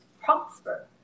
prosper